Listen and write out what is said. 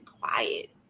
quiet